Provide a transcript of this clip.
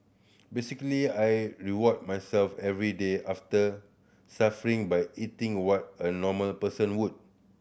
basically I reward myself every day after suffering by eating what a normal person would